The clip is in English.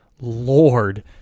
Lord